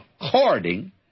according